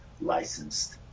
licensed